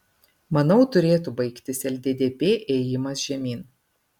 manau turėtų baigtis lddp ėjimas žemyn